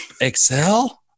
Excel